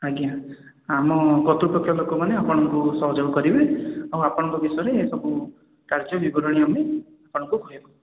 ଆଜ୍ଞା ଆମ କର୍ତ୍ତୃପକ୍ଷ ଲୋକମାନେ ଆପଣଙ୍କୁ ସହଯୋଗ କରିବେ ଆଉ ଆପଣଙ୍କ ବିଷୟରେ ସବୁ କାର୍ଯ୍ୟ ବିବରଣୀ ଆମେ ଆପଣଙ୍କୁ କହିବୁ